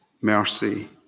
mercy